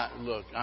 look